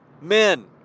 men